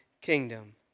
kingdom